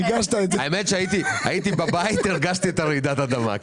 הייתי בבית והרגשתי את רעידת האדמה.